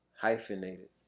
Hyphenated